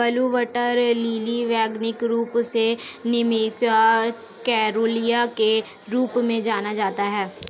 blue water lily वैज्ञानिक रूप से निम्फिया केरूलिया के रूप में जाना जाता है